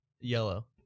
yellow